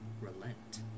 relent